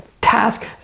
task